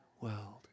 world